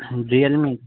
Realme